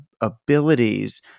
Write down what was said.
abilities